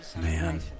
Man